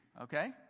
okay